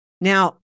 Now